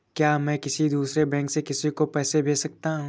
क्या मैं किसी दूसरे बैंक से किसी को पैसे भेज सकता हूँ?